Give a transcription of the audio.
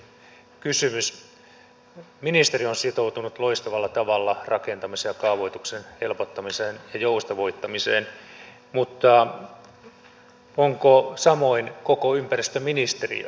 ministeri on sitoutunut loistavalla tavalla rakentamisen ja kaavoituksen helpottamiseen ja joustavoittamiseen mutta onko samoin koko ympäristöministeriön osalta